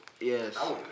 Yes